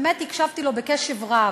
באמת, הקשבתי לו קשב רב.